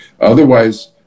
Otherwise